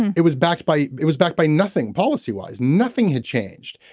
and it was backed by. it was backed by nothing policy wise. nothing had changed.